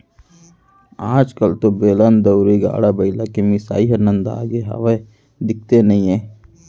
आज कल तो बेलन, दउंरी, गाड़ा बइला के मिसाई ह नंदागे हावय, दिखते नइये